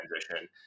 transition